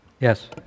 Yes